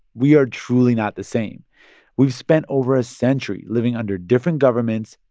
we are truly not the same we've spent over a century living under different governments,